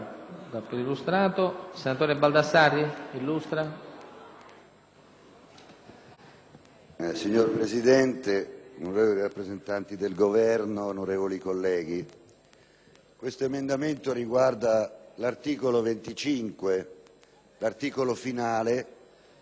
Signor Presidente, onorevoli rappresentanti del Governo, onorevoli colleghi, l'emendamento 25.701 riguarda l'articolo 25 del disegno di legge, che è la cerniera economico-finanziaria dell'intero provvedimento.